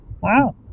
Wow